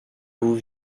vous